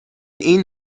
این